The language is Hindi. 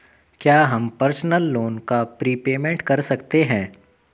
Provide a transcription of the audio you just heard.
क्या हम पर्सनल लोन का प्रीपेमेंट कर सकते हैं?